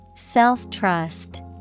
Self-trust